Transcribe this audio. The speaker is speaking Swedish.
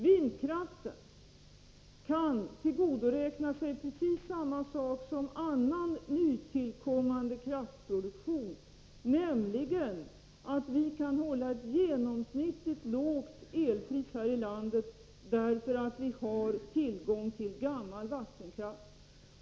Vindkraften kan tillgodoräkna sig precis samma sak som annan nytillkommande kraftproduktion, nämligen att vi kan hålla ett genomsnittligt lågt elpris här i landet därför att vi har tillgång till gammal vattenkraft.